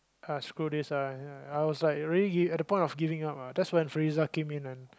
uh screw this lah I was like already at the point of giving up ah that's when Friza came in